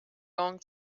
going